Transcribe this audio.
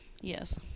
Yes